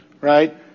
right